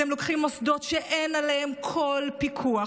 אתם לוקחים מוסדות שאין עליהם כל פיקוח,